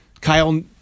Kyle